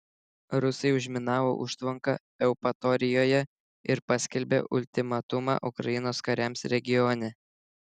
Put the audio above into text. rusai užminavo užtvanką eupatorijoje ir paskelbė ultimatumą ukrainos kariams regione